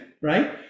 right